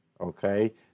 okay